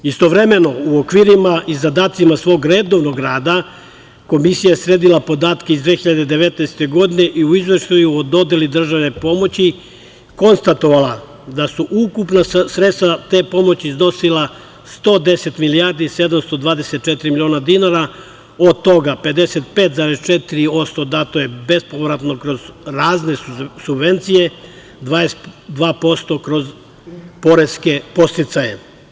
Istovremeno, u okvirima i zadacima svog redovnog rada Komisija je sredila podatke iz 2019. godine i u Izveštaju o dodeli državne pomoći konstatovala da su ukupna sredstva te pomoći iznosila 110 milijardi 724 miliona dinara, od toga 55,4% dato je bespovratno kroz razne subvencije, 22% kroz poreske podsticaje.